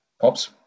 Pops